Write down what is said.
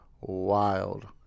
wild